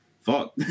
fuck